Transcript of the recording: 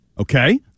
Okay